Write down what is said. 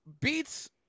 Beats